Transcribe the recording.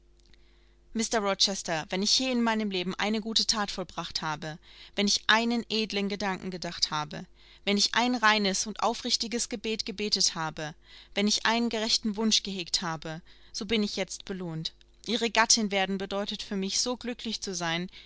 mr rochester wenn ich je in meinem leben eine gute that vollbracht habe wenn ich einen edlen gedanken gedacht habe wenn ich ein reines und aufrichtiges gebet gebetet habe wenn ich einen gerechten wunsch gehegt habe so bin ich jetzt belohnt ihre gattin werden bedeutet für mich so glücklich sein